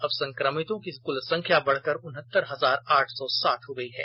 अब संकमितों की क्ल संख्या बढ़कर उनहत्तर हजार आठ सौ साठ हो गई है